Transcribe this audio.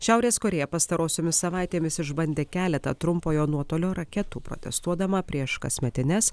šiaurės korėja pastarosiomis savaitėmis išbandė keletą trumpojo nuotolio raketų protestuodama prieš kasmetines